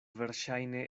verŝajne